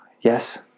Yes